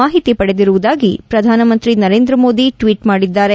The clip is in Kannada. ಮಾಹಿತಿ ಪಡೆದಿರುವುದಾಗಿ ಶ್ರಧಾನಮಂತ್ರಿ ನರೇಂದ್ರ ಮೋದಿ ಟ್ನೀಟ್ ಮಾಡಿದ್ದಾರೆ